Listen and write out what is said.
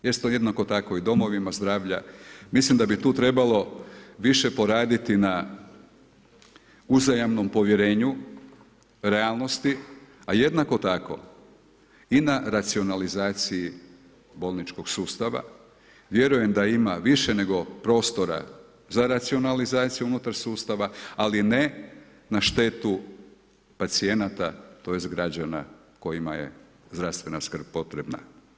Ito jednako tako i domovima zdravlja, mislim da bi tu trebalo više poraditi na uzajamnom povjerenju realnosti a jednako tako i n racionalizacija bolničkog sustava, vjerujem da ima više nego prostora za racionalizaciju unutar sustava ali ne na štetu pacijenata, tj. građana kojima je zdravstvena skrb potrebna.